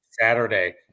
Saturday –